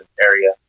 area